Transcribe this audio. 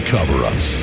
Cover-Ups